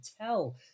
tell